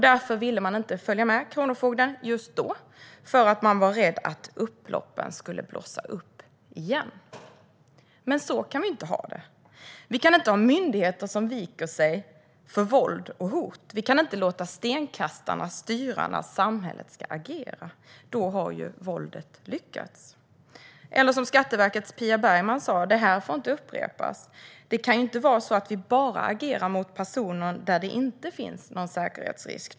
Därför ville man inte följa med kronofogden just då eftersom man var rädd att upploppen skulle blossa upp igen. Men så kan vi inte ha det. Vi kan inte ha myndigheter som viker sig för våld och hot. Vi kan inte låta stenkastarna styra när samhället ska agera. Då har ju våldet lyckats. Eller som Skatteverkets Pia Bergman sa: Det här får inte upprepas. Det kan inte vara så att vi bara agerar mot personer där det inte finns någon säkerhetsrisk.